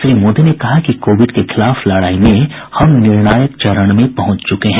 श्री मोदी ने कहा कि कोविड के खिलाफ लड़ाई में हम निर्णायक चरण में पहुंच चुके हैं